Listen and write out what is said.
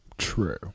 True